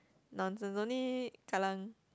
nonsense only kallang